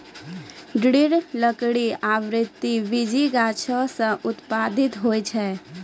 दृढ़ लकड़ी आवृति बीजी गाछो सें उत्पादित होय छै?